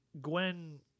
Gwen